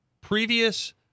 previous